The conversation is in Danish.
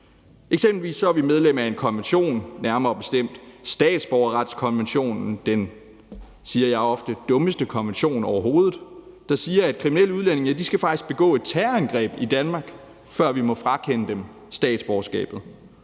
Eksempelvis er vi medlem af en konvention, nærmere bestemt statsborgerretskonventionen, den, siger jeg ofte, dummeste konvention overhovedet, der siger, at kriminelle udlændinge faktisk skal begå et terrorangreb i Danmark, før vi må frakende dem statsborgerskabet.